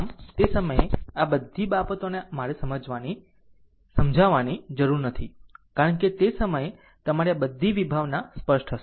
આમ તે સમયે આ બધી બાબતોને મારે સમજાવવાની જરૂર નથી કારણ કે તે સમયે તમારી આ બધી વિભાવના સ્પષ્ટ હશે